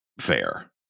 fair